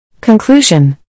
Conclusion